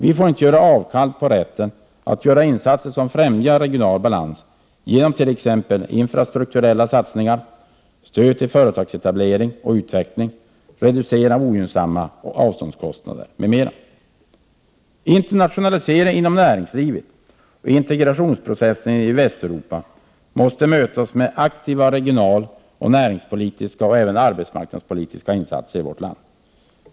Vi får inte göra avkall på rätten att göra insatser som främjar regional balans genom t.ex. infrastrukturella satsningar, stöd till företagsetablering och utveckling, reducering av ogynnsamma avståndskostnader m.m. Internationaliseringen inom näringslivet och integrationsprocessen i Västeuropa måste mötas med aktiva regional-, näringsoch även arbetsmarknadspolitiska insatser i vårt land.